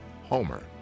Homer